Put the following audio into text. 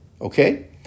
Okay